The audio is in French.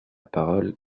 parole